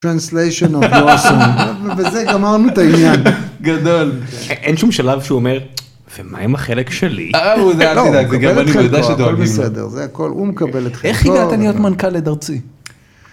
Translation of Joshua. ובזה גמרנו את העניין. גדול. אין שום שלב שהוא אומר, ומה עם החלק שלי? הוא מקבל אתכם פה, הכל בסדר. זה הכל, הוא מקבל אתכם פה. איך הגעת להיות מנכל הד ארצי?